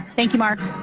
thank you, mark.